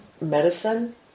medicine